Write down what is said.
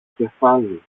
κεφάλι